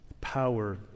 power